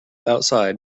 outside